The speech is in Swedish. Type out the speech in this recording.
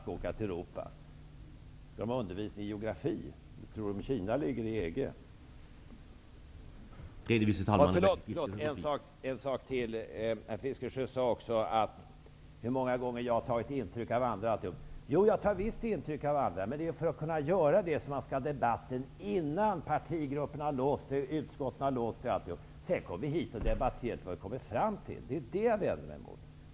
Behöver de undervisning i geografi? Tror man i socialutskottet att Kina ligger inom EG? Bertil Fiskesjö talade om huruvida jag tar intryck av andra. Jag tar visst intryck av andra, men för att kunna göra det skall debatten föras innan man har låst sig i partigrupperna, innan man har låst sig i utskotten, osv. Att komma hit för att debattera vad man kommit fram till är vad jag vänder mig emot.